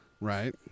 Right